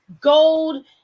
gold